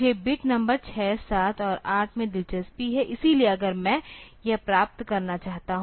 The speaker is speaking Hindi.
मुझे बिट नंबर 6 7 और 8 में दिलचस्पी है इसलिए अगर मैं यह प्राप्त करना चाहता हूं